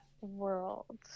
world